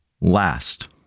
last